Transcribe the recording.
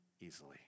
easily